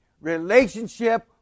relationship